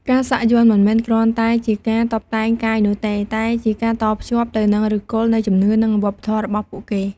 ការសាក់យ័ន្តមិនមែនគ្រាន់តែជាការតុបតែងកាយនោះទេ តែជាការតភ្ជាប់ទៅនឹងឫសគល់នៃជំនឿ និងវប្បធម៌របស់ពួកគេ។